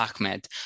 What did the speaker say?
Ahmed